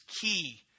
key